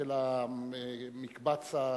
מקבץ הערוצים?